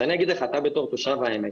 אתה כתושב העמק,